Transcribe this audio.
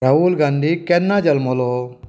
राहूल गांधी केन्ना जल्मलो